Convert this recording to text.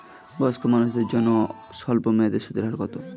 বয়স্ক মানুষদের জন্য স্বল্প মেয়াদে সুদের হার কত?